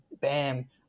Bam